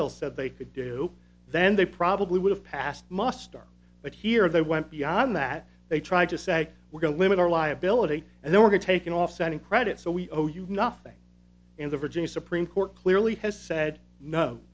bill said they could do then they probably would have passed muster but here they went beyond that they tried to say we're going to limit our liability and they were taken off setting credit so we owe you nothing and the virginia supreme court clearly has said no